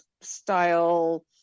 style